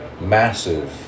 massive